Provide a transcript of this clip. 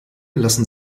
lassen